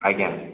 ଆଜ୍ଞା